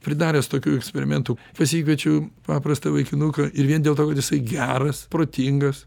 pridaręs tokių eksperimentų pasikviečiau paprastą vaikinuką ir vien dėl to kad jisai geras protingas